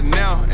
now